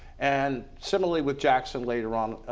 and similarly with jackson later on,